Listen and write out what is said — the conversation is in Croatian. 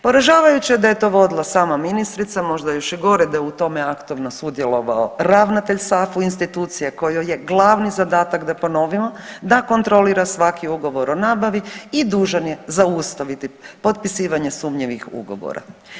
Poražavajuće je da je to vodila sama ministrica možda još i gore da je u tome aktivno sudjelovao ravnatelj SAFU institucije kojoj je glavni zadatak da ponovimo, da kontrolira svaki ugovor o nabavi i dužan je zaustaviti potpisivanje sumnjivih ugovora.